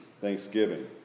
thanksgiving